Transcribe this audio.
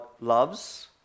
loves